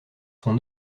sont